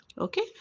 okay